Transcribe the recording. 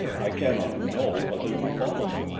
i cannot know what has befallen them.